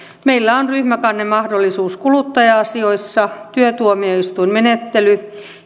meillä on ryhmäkannemahdollisuus kuluttaja asioissa työtuomioistuinmenettely